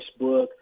Facebook